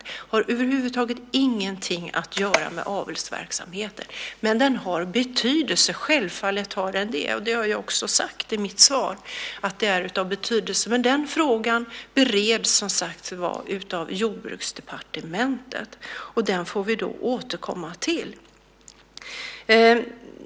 Det har över huvud taget ingenting att göra med avelsverksamheten, men den har betydelse, självfallet, och det har jag sagt i mitt svar. Men den frågan bereds av Jordbruksdepartementet. Den får vi återkomma till.